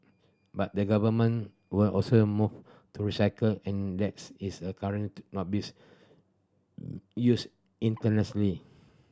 but the Government will also move to recycle and that's is a current not bees used